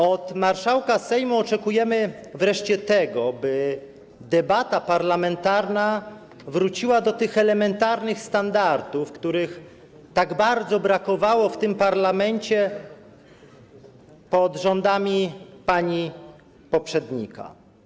Od marszałka Sejmu oczekujemy wreszcie tego, by debata parlamentarna wróciła do tych elementarnych standardów, których tak bardzo brakowało w tym parlamencie pod rządami pani poprzednika.